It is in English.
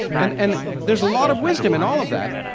and and there's a lot of wisdom in all of that.